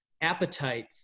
appetite